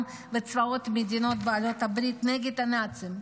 וצבאות מדינות בעלות הברית נגד הנאצים,